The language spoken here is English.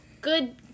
good